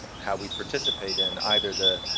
how we participate in either the,